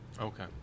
Okay